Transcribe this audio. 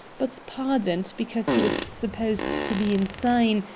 but pardoned because he was supposed to be insane,